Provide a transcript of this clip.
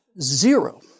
zero